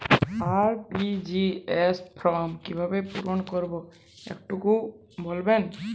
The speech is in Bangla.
আর.টি.জি.এস ফর্ম কিভাবে পূরণ করবো একটু বলবেন?